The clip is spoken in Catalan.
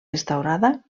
restaurada